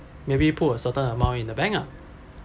maybe put a certain amount in the bank ah